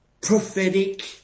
prophetic